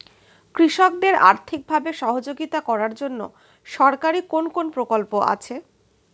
কৃষকদের আর্থিকভাবে সহযোগিতা করার জন্য সরকারি কোন কোন প্রকল্প আছে?